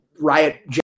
Riot